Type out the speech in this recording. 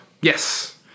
Yes